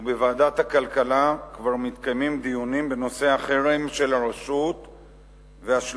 ובוועדת הכלכלה כבר מתקיימים דיונים בנושא החרם של הרשות והשלכותיו,